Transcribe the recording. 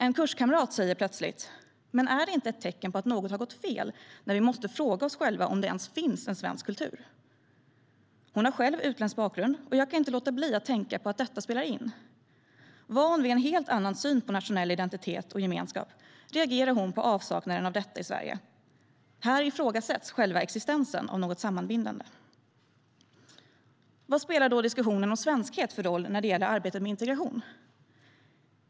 En kurskamrat säger plötsligt: Men är det inte ett tecken på att något har gått fel när vi måste fråga oss själva om det ens finns en svensk kultur? Hon har själv utländsk bakgrund, och jag kan inte låta bli att tänka att detta spelar in. Van vid en helt annan syn på nationell identitet och gemenskap reagerar hon på avsaknaden av detta i Sverige. Här ifrågasätts själva existensen av något sammanbindande. Vad spelar då diskussionen om svenskhet för roll när det gäller arbetet med integration?